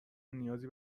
نیازی